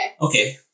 Okay